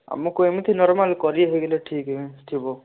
ଆମକୁ ଏମିତି ନର୍ମାଲ୍ କରୀ ହେଇଗଲେ ଠିକ୍ ଥିବ